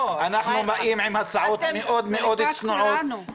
אנחנו באים עם הצעות מאוד מאוד צנועות,